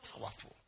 powerful